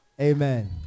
amen